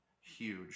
huge